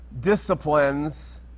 disciplines